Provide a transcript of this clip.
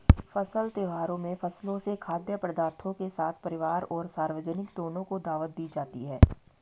फसल त्योहारों में फसलों से खाद्य पदार्थों के साथ परिवार और सार्वजनिक दोनों को दावत दी जाती है